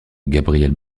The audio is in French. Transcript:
gabriel